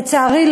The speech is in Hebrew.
לצערי,